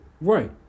Right